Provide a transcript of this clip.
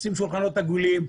עושים שולחנות עגולים,